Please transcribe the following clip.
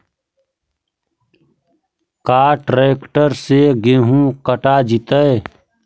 का ट्रैक्टर से गेहूं कटा जितै?